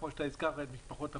כמו שאתה הזכרת את משפחות הפשע.